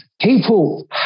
people